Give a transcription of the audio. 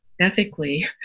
ethically